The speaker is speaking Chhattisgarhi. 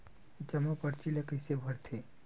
जमा परची ल कइसे भरथे?